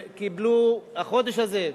שקיבלו החודש הזה,